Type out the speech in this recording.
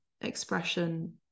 expression